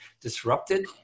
disrupted